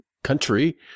country